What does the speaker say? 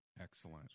excellent